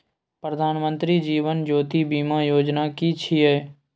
प्रधानमंत्री जीवन ज्योति बीमा योजना कि छिए?